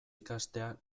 ikastea